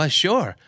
sure